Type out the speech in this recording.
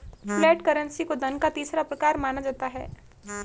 flat currency को धन का तीसरा प्रकार माना जाता है